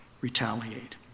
retaliate